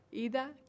Ida